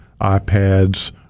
iPads